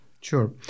Sure